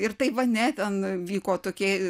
ir tai va ne ten vyko tokie